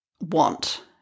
want